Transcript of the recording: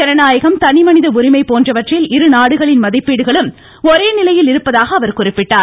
ஜனநாயகம் தனிமனித உரிமை போன்றவற்றில் இருநாடுகளின் மதிப்பீடுகளும் ஒரே நிலையில் இருப்பதாக அவர் குறிப்பிட்டார்